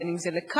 בין אם זה לקיץ,